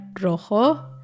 rojo